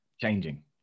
changing